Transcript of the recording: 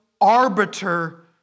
arbiter